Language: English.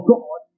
God